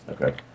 Okay